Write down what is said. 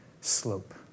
slope